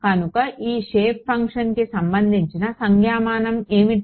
కనుక ఈ షేప్ ఫంక్షన్కి సంబంధించిన సంజ్ఞామానం ఏమిటి